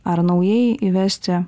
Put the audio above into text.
ar naujai įvesti